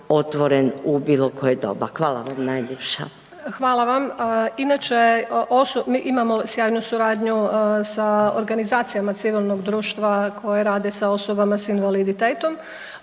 otvoren u bilo koje doba. Hvala vam najljepša. **Ljubičić, Višnja** Hvala vam. Inače, mi imamo sjajnu suradnju sa organizacijama civilnog društva koje rade sa osobama s invaliditetom.